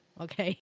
Okay